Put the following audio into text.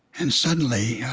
and suddenly,